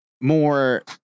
more